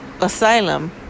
Asylum